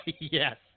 Yes